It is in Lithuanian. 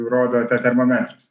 rodo ten termometras